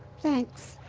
thanks,